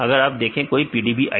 अगर आप देखें कोई PDB id